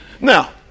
Now